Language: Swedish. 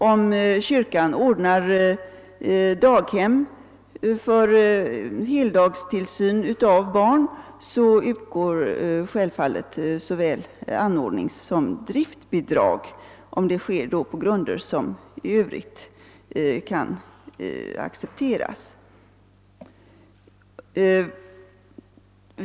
Om kyrkan ordnar daghem för heldagstillsyn av barn utgår självfallet såväl anordningssom driftbidrag, om verksamheten sker på grunder som i övrigt kan accepteras.